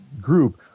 group